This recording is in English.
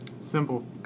Simple